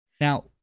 Now